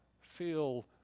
feel